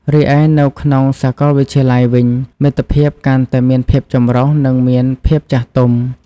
រីឯនៅក្នុងសាកលវិទ្យាល័យវិញ មិត្តភាពកាន់តែមានភាពចម្រុះ និងមានភាពចាស់ទុំ។